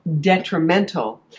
detrimental